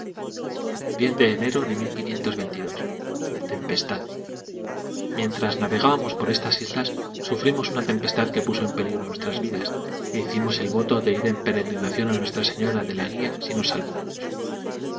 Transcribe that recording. de enero de tempestad mientras navegábamos por estas islas sufrimos una tempestad que puso en peligro nuestras vidas e hicimos el voto de ir en peregrinación a nuestra señora de la guía si nos salvábamos